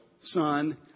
son